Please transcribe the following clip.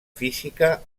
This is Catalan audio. física